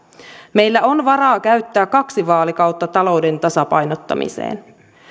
meillä on varaa käyttää kaksi vaalikautta talouden tasapainottamiseen